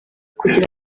kugira